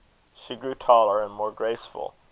she grew taller and more graceful.